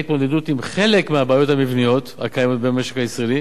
התמודדות עם חלק מהבעיות המבניות הקיימות במשק הישראלי.